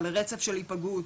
על רצף של היפגעות,